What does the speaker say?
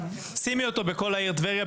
שימי אותו בכל העיר טבריה,